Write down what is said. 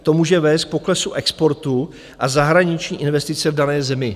To může vést k poklesu exportu a zahraniční investice v dané zemi.